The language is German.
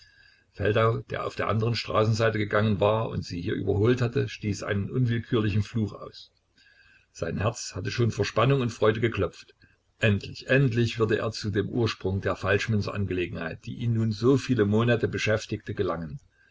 feldau der auf der anderen straßenseite gegangen war und sie hier überholt hatte stieß einen unwillkürlichen fluch aus sein herz hatte schon vor spannung und freude geklopft endlich endlich würde er zu dem ursprung der falschmünzerangelegenheit die ihn nun so viele monate beschäftigte gelangen